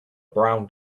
brown